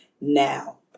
now